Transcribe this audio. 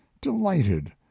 delighted